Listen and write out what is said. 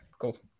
cool